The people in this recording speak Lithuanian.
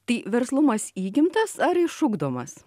tai verslumas įgimtas ar išugdomas